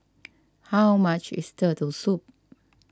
how much is Turtle Soup